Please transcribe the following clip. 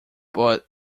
but